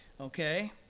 okay